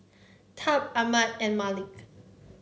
Tab Armand and Malik